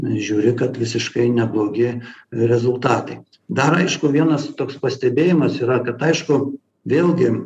žiūri kad visiškai neblogi rezultatai dar aišku vienas toks pastebėjimas yra kad aišku vėlgi